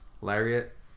lariat